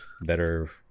better